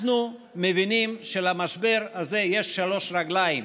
אנחנו מבינים שלמשבר הזה יש שלוש רגליים,